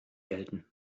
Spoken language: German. gelten